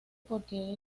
porque